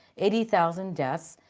eighty thousand deaths.